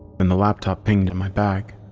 then the laptop pinged in my bag.